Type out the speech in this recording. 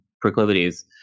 proclivities